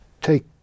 take